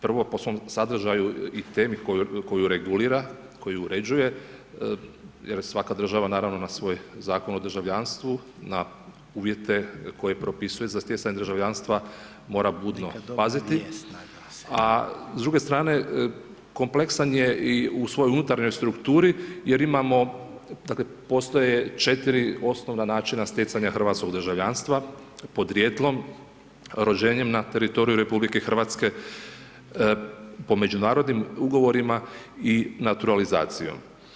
Prvo po svom sadržaju i temi koju regulira, koji uređuje, jer svaka država naravno na svoj Zakon o državljanstvu, na uvjete koje propisuje za stjecanje državljanstva, mora budno paziti, a s druge strane, kompleksan je i u svojoj unutarnjoj strukturi, jer imamo, dakle, postoje 4 osnovna načina stjecanja hrvatskog državljanstva, podrijetlom, rođenje na teritoriju RH, po međunarodnim ugovorima i naturalizacijom.